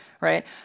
right